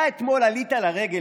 אתה אתמול עלית לרגל,